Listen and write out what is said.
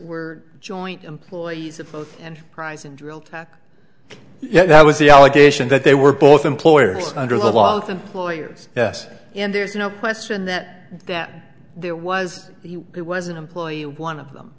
were joint employees at both and prize in drilled yeah that was the allegation that they were both employers under the law that employers yes and there's no question that that there was it was an employee one of them